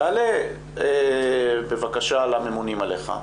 תעלה בבקשה לממונים עליך,